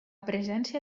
presència